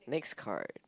next card